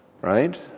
right